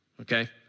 okay